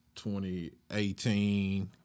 2018